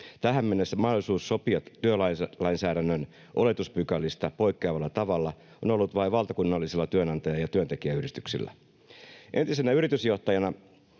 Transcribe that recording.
Tähän mennessä mahdollisuus sopia työlainsäädännön oletuspykälistä poikkeavalla tavalla on ollut vain valtakunnallisilla työnantaja‑ ja työntekijäyhdistyksillä. Entisenä yritysjohtajana